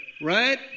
right